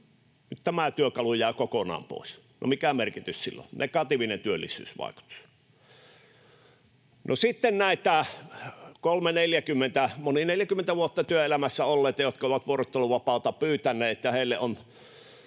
Nyt tämä työkalu jää kokonaan pois. No, mikä merkitys sillä on? Negatiivinen työllisyysvaikutus. No, sitten on näitä 30—40 vuotta, monia 40 vuotta työelämässä olleita, jotka ovat vuorotteluvapaata pyytäneet,